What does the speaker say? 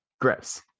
Gross